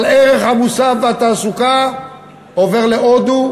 אבל הערך המוסף בתעסוקה עובר להודו,